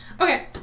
Okay